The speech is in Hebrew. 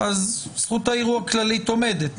זכות הערעור הכללית עומדת.